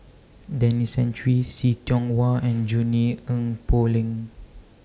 Denis Santry See Tiong Wah and Junie Sng Poh Leng